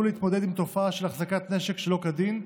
להתמודד עם התופעה של החזקת נשק שלא כדין.